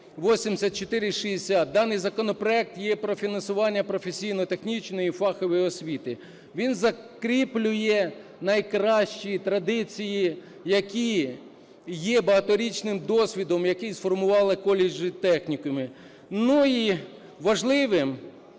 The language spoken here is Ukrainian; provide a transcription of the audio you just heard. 8460. Даний законопроект є про фінансування професійно-технічної фахової освіти. Він закріплює найкращі традиції, які є багаторічним досвідом, який сформували коледжі, технікуми. І важливим